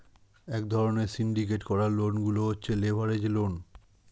এক ধরণের সিন্ডিকেট করা লোন গুলো হচ্ছে লেভারেজ লোন